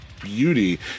beauty